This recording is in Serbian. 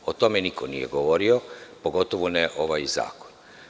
O tome niko nije govorio, pogotovo ne ovaj zakon.